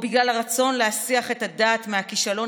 או בגלל הרצון להסיח את הדעת מהכישלון